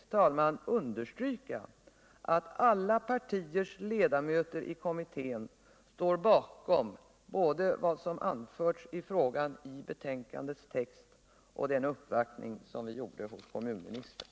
herr talman, understryka att alla partiers ledamöter i kommittén står bakom både vad som anförts i frågan i betänkandets text och den uppvaktning som vi gjorde hos kommunministern.